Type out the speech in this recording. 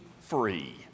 free